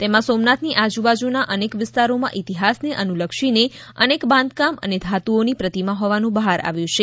તેમાં સોમનાથની આજબાજના અનેક વિસ્તારોમાં ઈતિહાસને અનુલક્ષીને અનેક બાંધકામ અને ધાતુઓની પ્રતિમા હોવાનુ બહાર આવ્યુ છે